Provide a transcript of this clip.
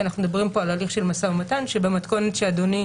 אנחנו מדברים כאן על הליך של משא ומתן שבמתכונת שאדוני